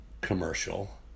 commercial